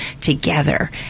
together